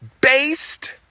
based